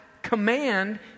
command